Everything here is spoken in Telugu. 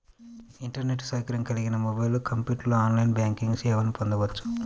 ఇంటర్నెట్ సౌకర్యం కలిగిన మొబైల్, కంప్యూటర్లో ఆన్లైన్ బ్యాంకింగ్ సేవల్ని పొందొచ్చు